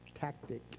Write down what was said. tactic